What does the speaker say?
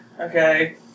okay